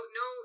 no